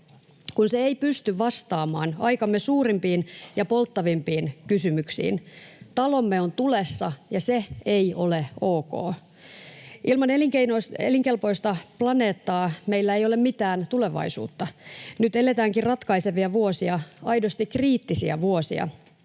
kun se ei pysty vastaamaan aikamme suurimpiin ja polttavimpiin kysymyksiin. Talomme on tulessa, ja se ei ole ok. Ilman elinkelpoista planeettaa meillä ei ole mitään tulevaisuutta. Nyt eletäänkin ratkaisevia vuosia, aidosti kriittisiä vuosia.